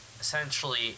essentially